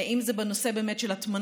אם זה בנושא ההטמנה,